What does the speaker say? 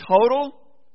total